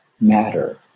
matter